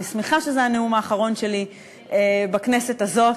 אני שמחה שזה הנאום האחרון שלי בכנסת הזאת.